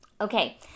okay